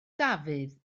dafydd